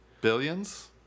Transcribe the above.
Billions